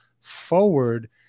forward